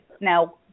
Now